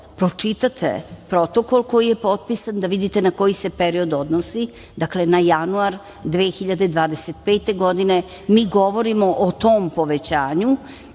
pročitate protokol koji je potpisan da vidite na koji se period odnosi dakle, na januar 2025. godine mi govorimo o tom povećanju